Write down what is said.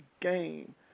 game